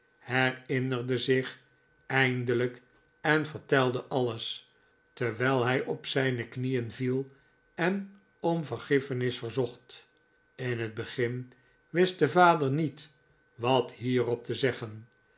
herinnerde zich eindelijk en vertelde alles terwijl hij op zijne knieen viel en om vergiffenis verzocht in het begin wist de vader niet wat hierop te zeggen